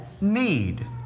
need